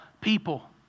people